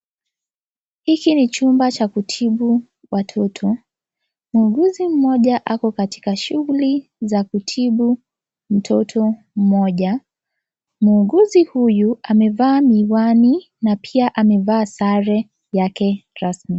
Hiki ni chumba cha kutibu watoto, muuguzi mmoja ako katika shuguli za kutibu mtoto mmoja, muuguzi huyu amevaa miwani na pia amevaa sare yake rasmi.